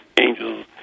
Angel's